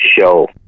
show